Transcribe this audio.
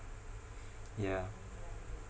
yeah